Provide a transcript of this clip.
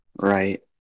Right